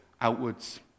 outwards